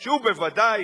שהוא בוודאי,